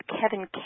Kevin